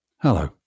Hello